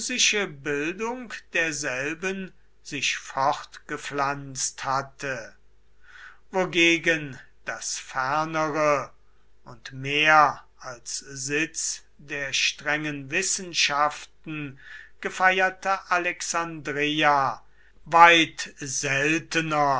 bildung derselben sich fortgepflanzt hatte wogegen das fernere und mehr als sitz der strengen wissenschaften gefeierte alexandreia weit seltener